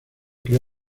crea